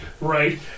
Right